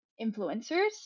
influencers